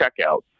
checkout